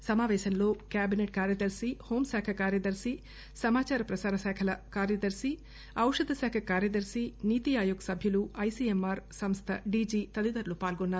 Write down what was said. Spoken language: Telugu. ఈ సమాపేశంలో క్యాబిసేట్ కార్యదర్శి హోం శాఖ కార్యదర్శి సమాచార ప్రసార శాఖల కార్యదర్పి ఔషధశాఖ కార్యదర్పి నీతిఆయోగ్ సభ్యులు ఐసీఎమ్ ఆర్ సంస్వ డిజీ తదితరులు పాల్గొన్నారు